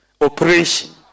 operation